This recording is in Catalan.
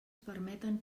permeten